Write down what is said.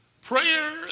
Prayer